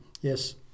Yes